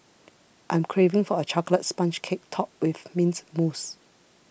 I'm craving for a Chocolate Sponge Cake Topped with Mint Mousse